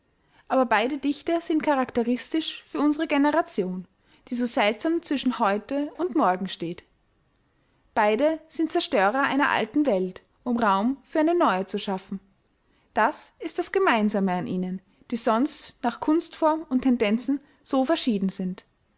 aber beide dichter sind characteristisch für unsere generation die so seltsam zwischen heute und morgen steht beide sind zerstörer einer alten welt um raum für eine neue zu schaffen das ist das gemeinsame an ihnen die sonst nach kunstform und tendenzen so verschieden sind